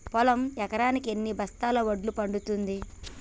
పొలం ఎకరాకి ఎన్ని బస్తాల వడ్లు పండుతుంది?